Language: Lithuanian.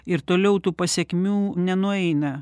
ir toliau tų pasekmių nenueina